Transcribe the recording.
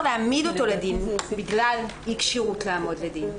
להעמיד אותו לדין בגלל אי-כשירות לעמוד לדין.